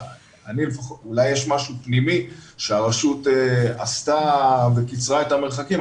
אולי יש משהו פנימי שהרשות עשתה וקיצרה את המרחקים,